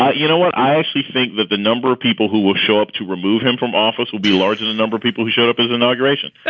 ah you know what? i also think that the number of people who will show up to remove him from office will be larger. the number of people who showed up as inauguration